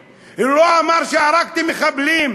הוא לא אמר "הרגתי רוצחים"; הוא לא אמר "הרגתי מחבלים".